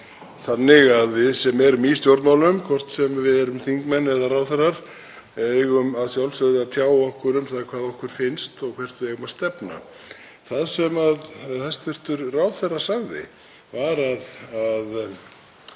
Við sem erum í stjórnmálum, hvort sem við erum þingmenn eða ráðherrar, eigum að sjálfsögðu að tjá okkur um það hvað okkur finnst og hvert við eigum að stefna. Það sem hæstv. ráðherra sagði var að